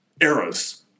eras